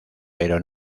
pero